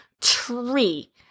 tree